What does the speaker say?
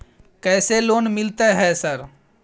कैसे लोन मिलते है सर?